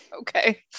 okay